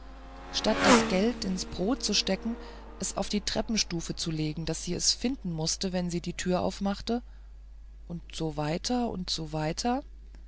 statt das geld ins brot zu stecken es auf die treppenstufe zu legen daß sie es finden mußte wenn sie die tür aufmachte und so weiter und so weiter